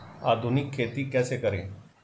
आधुनिक खेती कैसे करें?